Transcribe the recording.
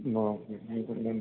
ആ okay meals